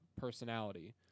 personality